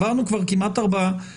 עברנו כבר כמעט 4 שבועות.